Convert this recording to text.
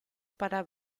para